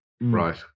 Right